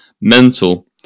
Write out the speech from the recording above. mental